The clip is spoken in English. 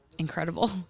incredible